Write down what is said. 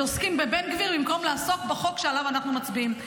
שעוסקים בבן גביר במקום לעסוק בחוק שעליו אנחנו מצביעים.